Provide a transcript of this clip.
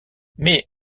mais